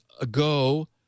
ago